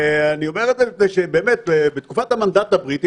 ואני אומר את זה מפני שבאמת בתקופת המנדט בריטי